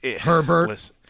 Herbert